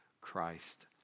Christ